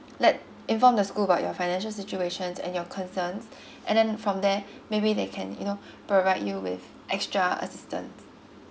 let inform the school about your financial situations and your concerns and then from there maybe they can you know provide you with extra assistance